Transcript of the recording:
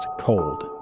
Cold